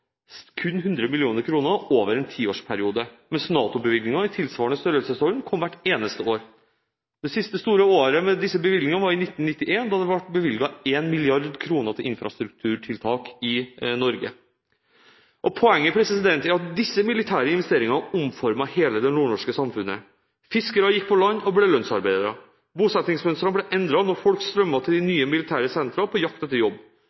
kun 100 mill. kr over en tiårsperiode, mens NATO-bevilgninger i tilsvarende størrelsesorden kom hvert eneste år. Det siste «store» året med disse bevilgningene var i 1991, da det ble bevilget 1 mrd. kr til infrastrukturtiltak i Norge. Poenget er at disse militære investeringene omformet hele det nordnorske samfunnet. Fiskere gikk på land og ble lønnsarbeidere, bosettingsmønsteret ble endret når folk strømmet til de nye militære sentra på jakt etter jobb.